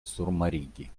surmarigi